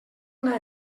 una